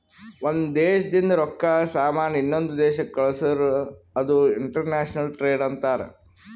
ಒಂದ್ ದೇಶದಿಂದ್ ರೊಕ್ಕಾ, ಸಾಮಾನ್ ಇನ್ನೊಂದು ದೇಶಕ್ ಕಳ್ಸುರ್ ಅದು ಇಂಟರ್ನ್ಯಾಷನಲ್ ಟ್ರೇಡ್ ಅಂತಾರ್